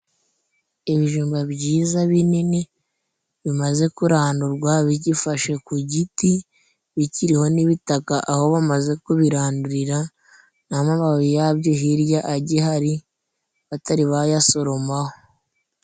Ibijumba byiza binini, bimaze kuradurwa bigifashe ku giti bikiriho n'ibitaka, aho bamaze kubirandurira n'amababi yabyo hirya agihari, batari bayasoromaho.